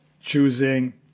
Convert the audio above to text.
choosing